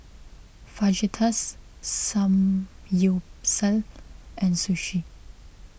Fajitas Samgyeopsal and Sushi